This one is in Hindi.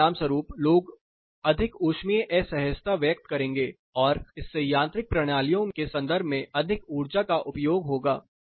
जिसके परिणामस्वरूप लोग अधिक उष्मीय असहजता व्यक्त करेंगे और इससे यांत्रिक प्रणालियों के संदर्भ में अधिक ऊर्जा का उपयोग होगा